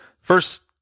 first